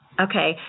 Okay